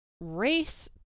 race